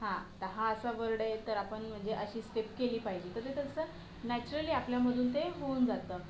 हां तर हा असा वर्ड आहे तर आपण म्हणजे अशी स्टेप केली पाहिजे तर ते तसं नॅचरली आपल्यामधून ते होऊन जातं